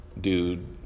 dude